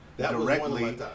Directly